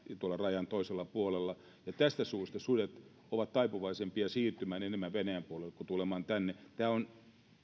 tuolla rajan toisella puolella tästä syystä sudet ovat taipuvaisempia siirtymään enemmän venäjän puolelle kuin tulemaan tänne tämä on